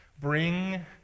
Bring